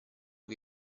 che